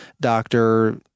doctor